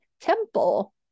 temple